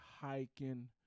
hiking